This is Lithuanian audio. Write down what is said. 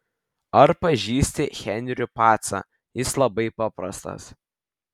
ar pažįsti henrių pacą jis labai paprastas